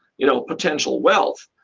you know, potential wealth,